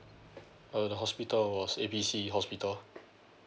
uh the hospital was A B C hospital